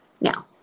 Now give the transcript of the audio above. now